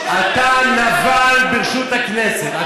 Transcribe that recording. אתה נבל ברשות הכנסת.